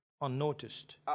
Unnoticed